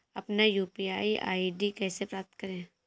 अपना UPI ID कैसे प्राप्त करें?